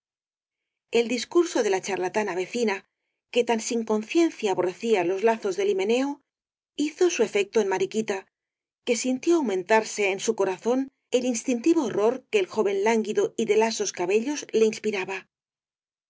el discurso de la charlatana vecina que tan sin conciencia aborrecía los lazos de himeneo hizo su el caballero de las botas azules l efecto en mariquita que sintió aumentarse en su corazón el instintivo horror que el joven lánguido y de lasos cabellos le inspiraba